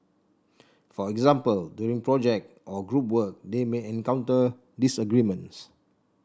for example during project or group work they may encounter disagreements